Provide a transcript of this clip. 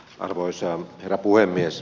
arvoisa herra puhemies